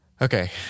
Okay